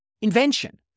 invention